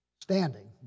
standing